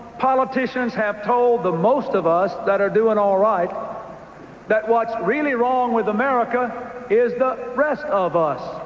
politicians have told the most of us that are doing all right that what's really wrong with america is the rest of us.